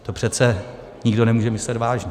To přece nikdo nemůže myslet vážně.